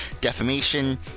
defamation